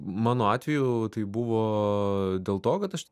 mano atveju tai buvo dėl to kad aš